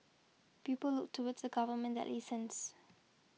people look towards a government that listens